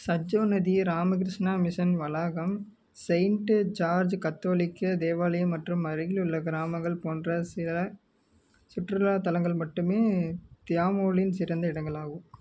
சட்ஜோ நதியே ராமகிருஷ்ணா மிஸன் வளாகம் saint George catholic தேவாலயம் மற்றும் அருகிலுள்ள கிராமங்கள் போன்ற சில சுற்றுலா தலங்கள் மட்டுமே தியாமோலியின் சிறந்த இடங்களாகும்